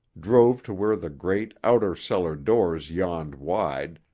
drove to where the great, outer cellar doors yawned wide,